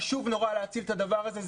חשוב מאוד להציל את הדבר הזה.